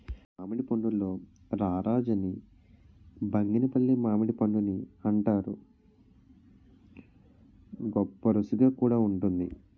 మామిడి పండుల్లో రారాజు అని బంగినిపల్లి మామిడిపండుని అంతారు, గొప్పరుసిగా కూడా వుంటుంది